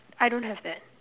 I don't have that